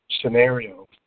scenario